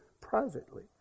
privately